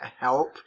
help